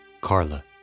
Carla